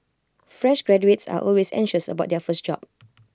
fresh graduates are always anxious about their first job